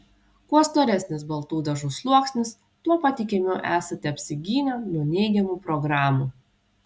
kuo storesnis baltų dažų sluoksnis tuo patikimiau esate apsigynę nuo neigiamų programų